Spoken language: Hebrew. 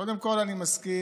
קודם כול, אני מסכים